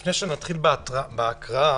לפני שנתחיל בהקראה